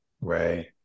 Right